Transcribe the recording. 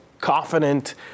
confident